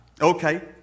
Okay